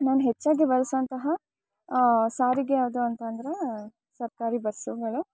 ನಾನು ಹೆಚ್ಚಾಗಿ ಬಳಸುವಂತಹ ಸಾರಿಗೆ ಯಾವುದು ಅಂತಂದರೆ ಸರ್ಕಾರಿ ಬಸ್ಸುಗಳು